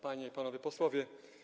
Panie i Panowie Posłowie!